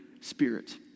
spirit